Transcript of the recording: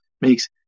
makes